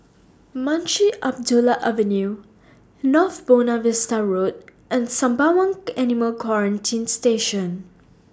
Munshi Abdullah Avenue North Buona Vista Road and Sembawang Animal Quarantine Station